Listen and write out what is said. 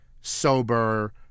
sober